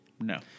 No